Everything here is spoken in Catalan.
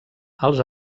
els